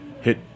hit